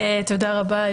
תודה רבה.